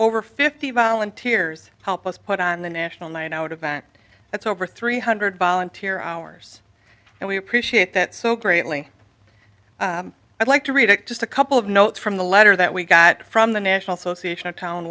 over fifty volunteers to help us put on the national night out of vent that's over three hundred volunteer hours and we appreciate that so greatly i'd like to read just a couple of notes from the letter that we got from the national association of town